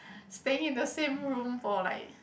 staying in the same room for like